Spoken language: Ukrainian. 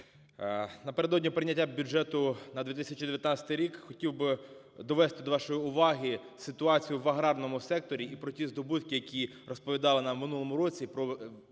напередодні прийняття бюджету на 2019 рік хотів би довести до вашої уваги ситуацію в аграрному секторі і про ті здобутки, які розповідали нам у минулому році